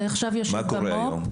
זה עכשיו יושב במו"פ.